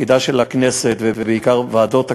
מתפקידה של הכנסת, ובעיקר ועדות הכנסת,